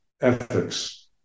ethics